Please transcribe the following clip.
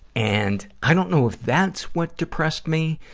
and, i don't know if that's what depressed me.